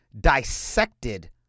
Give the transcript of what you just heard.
dissected